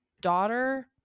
daughter